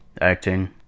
acting